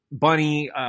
Bunny